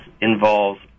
involves